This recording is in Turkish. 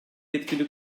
yetkili